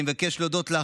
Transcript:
אני מבקש להודות לך,